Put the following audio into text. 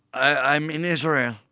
i'm in israel,